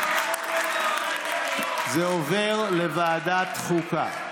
זה עובר לוועדת חוקה.